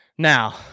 Now